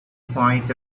quiet